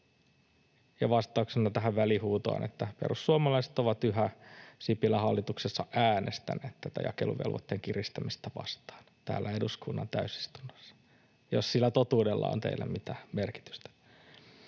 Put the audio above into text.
vastauksena tähän välihuutoon: perussuomalaiset ovat yhä Sipilän hallituksessa äänestäneet tätä jakeluvelvoitteen kiristämistä vastaan täällä eduskunnan täysistunnossa, jos totuudella on teille mitään merkitystä.